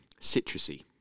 citrusy